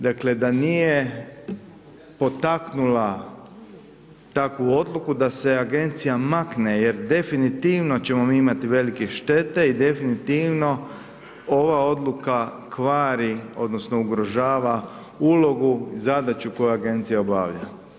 Dakle, da nije potaknula takvu odluku da se agencija makne jer definitivno ćemo mi imati velike štete i definitivno ova odluka kvari odnosno ugrožava ulogu i zadaću koja agencija obavlja.